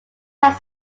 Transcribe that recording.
have